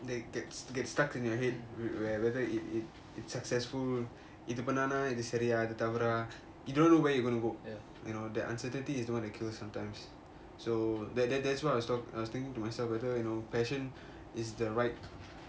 that gets gets stuck in your head where whether it it it is successful இது பண்ணன் இது பெரிய இது தவற:ithu pannan ithu seriya ithu thavara you don't know where you gonna go you know that uncertainty is the one that kills sometimes so that's that that's why what I was thinking to myself whether you know passion is the right